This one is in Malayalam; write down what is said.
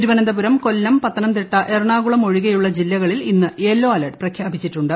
തിരുവന ന്തപുരം കൊല്ലം പത്തനംതിട്ട എറണാകുളം ഒഴികെയുള്ള ജില്ലക ളിൽ ഇന്ന് യെല്ലോ അലർട്ട് പ്രഖ്യാപിച്ചിട്ടുണ്ട്